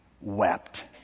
wept